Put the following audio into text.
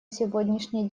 сегодняшний